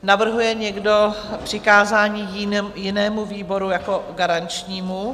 Navrhuje někdo přikázání jinému výboru jako garančnímu?